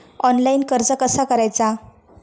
Online कर्ज कसा करायचा?